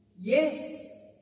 Yes